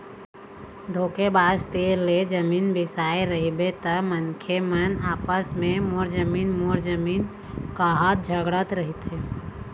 धोखेबाज तीर ले जमीन बिसाए रहिबे त मनखे मन आपसे म मोर जमीन मोर जमीन काहत झगड़त रहिथे